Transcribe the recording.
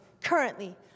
currently